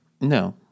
no